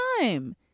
time